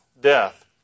death